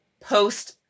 post